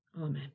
Amen